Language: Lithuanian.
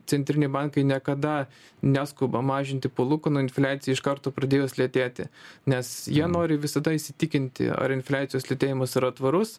centriniai bankai niekada neskuba mažinti palūkanų infliacijai iš karto pradėjus lėtėti nes jie nori visada įsitikinti ar infliacijos lėtėjimas yra tvarus